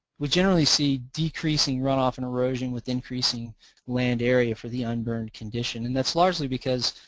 we generally see decreasing runoff and erosion with increasing land area for the un-burned condition, and that's largely because